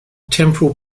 temporal